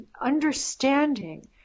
understanding